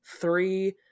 three